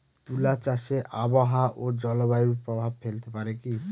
তুলা চাষে আবহাওয়া ও জলবায়ু প্রভাব ফেলতে পারে কি?